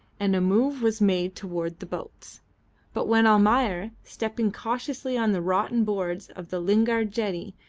and a move was made towards the boats but when almayer, stepping cautiously on the rotten boards of the lingard jetty,